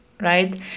right